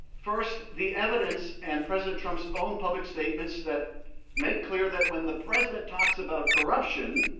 first, the evidence and president trump's own public statements that made clear that when the president talks about corruption,